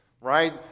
right